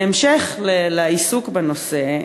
בהמשך לעיסוק בנושא,